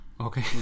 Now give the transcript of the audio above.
Okay